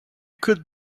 could